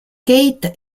kate